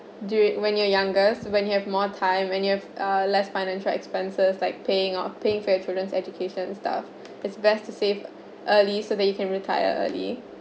during when you're younger when you have more time when you have uh less financial expenses like paying or paying for children's education stuff it's best to save early so that you can retire early